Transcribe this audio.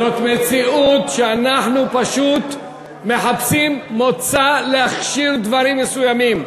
זאת מציאות שאנחנו פשוט מחפשים מוצא להכשיר דברים מסוימים.